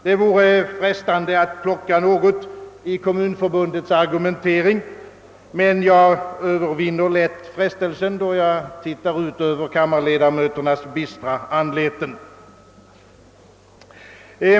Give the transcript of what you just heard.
Det vore frestande att plocka något i Kommunförbundets argumentering, men jag övervinner lätt frestelsen, då jag tittar ut över kammarledamöternas bistra anleten.